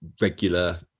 regular